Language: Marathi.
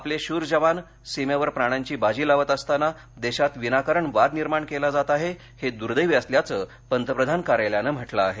आपले शूर जवान सीमेवर प्राणांची बाजी लावत असताना देशात विनाकारण वाद निर्माण केला जात आहे हे दुर्देवी असल्याचं पंतप्रधान कार्यालयानं म्हटलं आहे